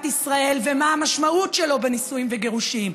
ישראל ומה המשמעות שלו בנישואים וגירושים,